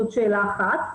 זה דבר אחד.